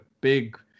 big